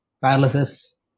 paralysis